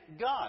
God